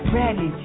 ready